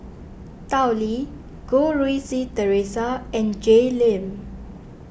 Tao Li Goh Rui Si theresa and Jay Lim